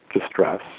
distress